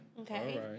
Okay